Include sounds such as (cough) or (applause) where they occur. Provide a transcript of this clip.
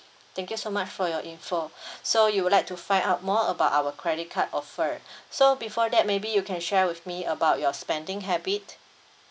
thank you so much for your info (breath) so you would like to find out more about our credit card offer (breath) so before that maybe you can share with me about your spending habit